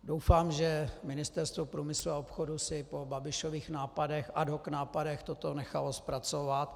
Doufám, že Ministerstvo průmyslu a obchodu si po Babišových ad hoc nápadech toto nechalo zpracovat.